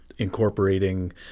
incorporating